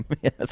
yes